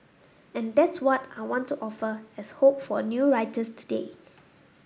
and that's what I want to offer as hope for new writers today